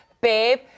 babe